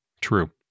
True